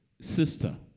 sister